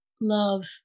love